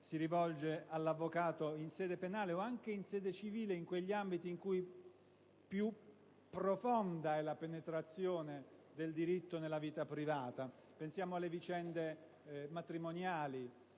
si rivolge all'avvocato, in sede penale o anche civile, in quegli ambiti in cui più pro, fonda è la penetrazione del diritto nella vita privata: pensiamo alle vicende matrimoniali,